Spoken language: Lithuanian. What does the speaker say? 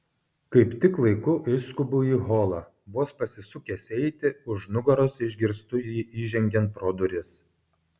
kaip tik laiku išskubu į holą vos pasisukęs eiti už nugaros išgirstu jį įžengiant pro duris